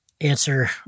Answer